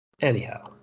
Anyhow